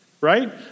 right